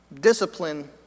Discipline